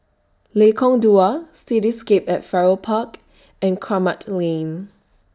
Lengkong Dua Cityscape At Farrer Park and Kramat Lane